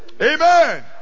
amen